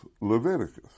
Leviticus